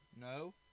no